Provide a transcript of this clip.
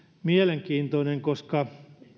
mielenkiintoinen koska